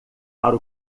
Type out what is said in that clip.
para